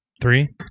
Three